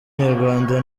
nyarwanda